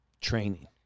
training